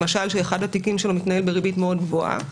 למשל כשאחד התיקים שלו מתנהל בריבית מאוד גבוהה,